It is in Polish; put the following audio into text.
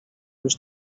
już